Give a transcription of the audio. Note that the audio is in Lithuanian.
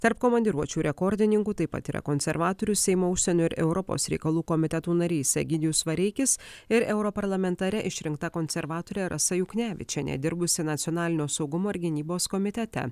tarp komandiruočių rekordininkų taip pat yra konservatorius seimo užsienio ir europos reikalų komitetų narys egidijus vareikis ir europarlamentare išrinkta konservatorė rasa juknevičienė dirbusi nacionalinio saugumo ir gynybos komitete